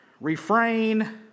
refrain